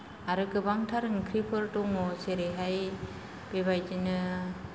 आरो गोबांथार ओंख्रिफोर दङ जेरैहाय बेबायदिनो